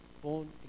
born